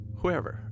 whoever